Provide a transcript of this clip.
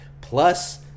plus